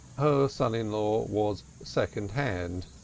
her son-in-law was second-hand,